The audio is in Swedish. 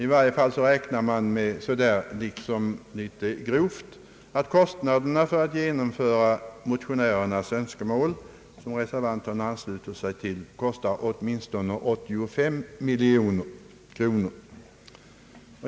I varje fall räknar man litet grovt med att kostnaderna för att genomföra motionärernas önskemål, som reservanterna anslutit sig till, uppgår till åtminstone 85 miljoner kronor.